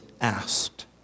asked